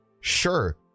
sure